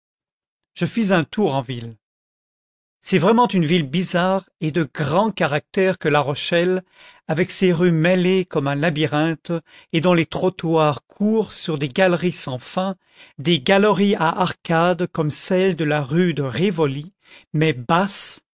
je fis un tour en ville c'est vraiment une ville bizarre et de grand caractère que la rochelle avec ses rues mêlées comme un labyrinthe et dont les trottoirs courent sous des galeries sans fin des galeries à arcades comme celles de la rue de rivoli mais basses